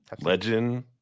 Legend